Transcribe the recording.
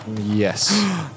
Yes